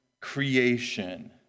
Creation